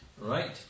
right